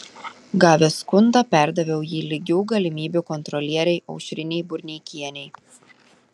gavęs skundą perdaviau jį lygių galimybių kontrolierei aušrinei burneikienei